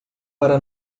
para